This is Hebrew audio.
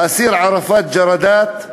האסיר ערפאת ג'רדאת,